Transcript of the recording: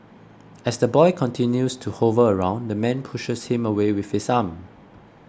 as the boy continues to hover around the man pushes him away with his arm